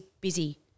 busy